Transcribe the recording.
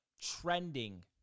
trending